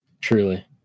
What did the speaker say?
Truly